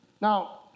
Now